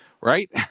right